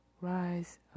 Rise